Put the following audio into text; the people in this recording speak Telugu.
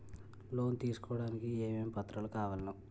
లోన్ తీసుకోడానికి ఏమేం పత్రాలు కావలెను?